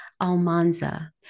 Almanza